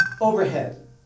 overhead